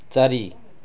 ଚାରି